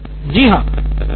सिद्धार्थ मटूरी जी हाँ